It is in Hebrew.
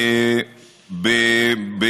אם רוצים.